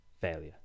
failure